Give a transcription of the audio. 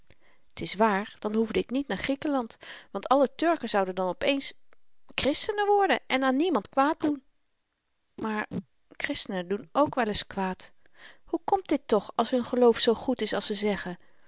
t is waar dan hoefde ik niet naar griekenland want alle turken zouden dan op eens christenen worden en aan niemand kwaad doen maar christenen doen ook wel eens kwaad hoe komt dit toch als hun geloof zoo goed is als ze zeggen